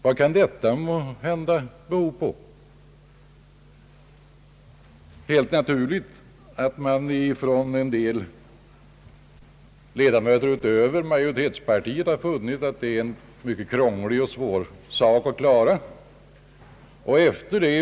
Vad kan detta måhända bero på? Helt naturligt att en del ledamöter utom majoritetspartiet har funnit att det är en mycket krånglig och svår fråga.